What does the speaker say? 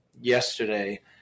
yesterday